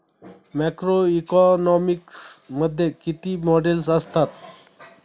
Macroeconomics मध्ये किती models असतात?